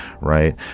right